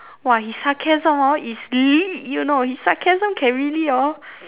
!wah! he sarcasm hor is 力 you know his sarcasm can really hor